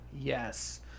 yes